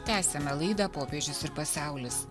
tęsiame laidą popiežius ir pasaulis